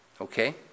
Okay